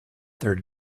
third